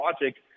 logic